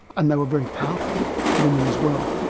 and were very powerful women as well.